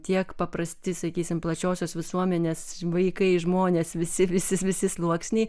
tiek paprasti sakysim plačiosios visuomenės vaikai žmonės visi visi visi sluoksniai